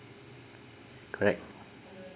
correct